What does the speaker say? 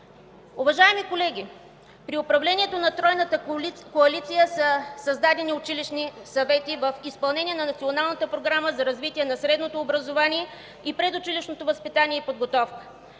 Уважаеми колеги, при управлението на тройната коалиция са създадени училищни съвети в изпълнение на Националната програма за развитие на средното образование и предучилищното възпитание и подготовка,